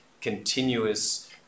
continuous